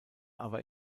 aber